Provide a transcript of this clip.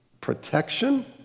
Protection